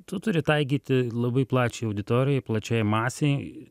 tu turi taikyti labai plačiai auditorijai plačiai masei